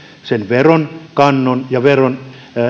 sen veronkannon ja veron